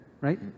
right